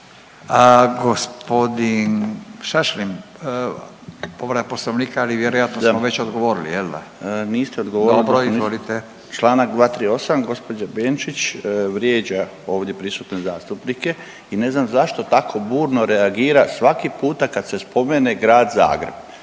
Gospodin Šašlin, povreda Poslovnika ali vjerojatno smo već odgovorili. Jel' da? …/Upadica: Niste odgovorili. Niste./… Izvolite. **Šašlin, Stipan (HDZ)** Članak 238. gospođa Benčić vrijeđa ovdje prisutne zastupnike i ne znam zašto tako burno reagira svaki puta kad se spomene grad Zagreb.